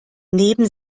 neben